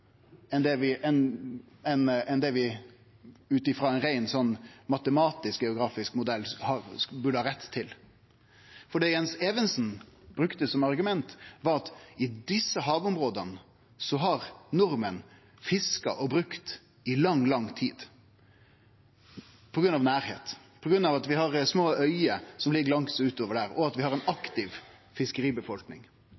enn det vi ut frå ein reint matematisk-geografisk modell burde hatt rett til. Det Jens Evensen brukte som argument, var at i desse havområda hadde nordmenn fiska i lang, lang tid, på grunn av nærleik, på grunn av at vi har små øyer som ligg utover der, og på grunn av at vi har